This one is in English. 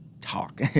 talk